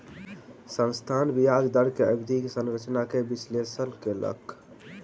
संस्थान ब्याज दर के अवधि संरचना के विश्लेषण कयलक